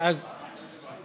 ואז ההשבעה?